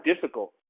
difficult